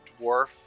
Dwarf